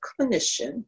clinician